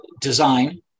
Design